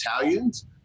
Italians